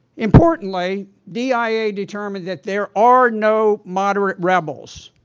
importantly, dia determined that there are no moderate rebels.